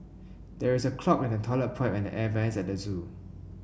there is a clog in the toilet pipe and the air vents at the zoo